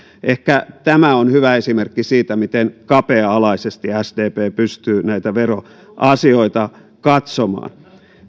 ehkä tämä on hyvä esimerkki siitä miten kapea alaisesti sdp pystyy näitä veroasioita katsomaan